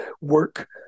work